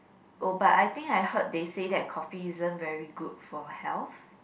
oh but I think I heard they say that coffee isn't very good for health